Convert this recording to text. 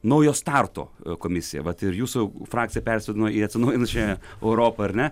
naujo starto komisija vat ir jūsų frakcija persivadino į atsinaujinančią europą ar ne